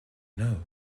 know